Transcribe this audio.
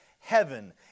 heaven